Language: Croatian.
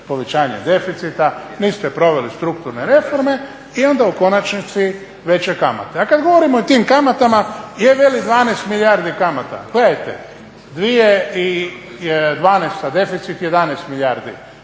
povećanje deficita, niste proveli strukturne reforme i onda u konačnici veće kamate. A kad govorimo i o tim kamatama je veli 12 milijardi kamata. Gledajte, 2012. deficit 11 milijardi,